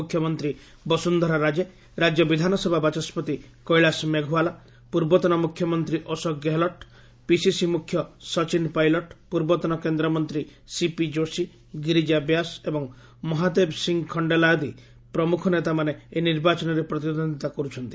ମୁଖ୍ୟମନ୍ତ୍ରୀ ବସୁନ୍ଧରା ରାଜେ ରାଜ୍ୟ ବିଧାନସଭା ବାଚସ୍କତି କେଳାସ ମେଘୱାଲା ପୂର୍ବତନ ମୁଖ୍ୟମନ୍ତ୍ରୀ ଅଶୋକ ଗେହଲଟ ପିସିସି ମୁଖ୍ୟ ସଚିନ ପାଇଲଟ୍ ପୂର୍ବତନ କେନ୍ଦ୍ରମନ୍ତ୍ରୀ ସିପି ଯୋଶୀ ଗିରିଜା ବ୍ୟାସ ଏବଂ ମହାଦେବ ସିଂ ଖଶ୍ଚେଲା ଆଦି ପ୍ରମୁଖ ନେତାମାନେ ଏହି ନିର୍ବାଚନରେ ପ୍ରତିଦ୍ୱନ୍ଦିତା କରୁଛନ୍ତି